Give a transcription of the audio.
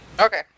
Okay